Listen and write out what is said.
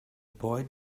boy